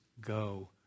go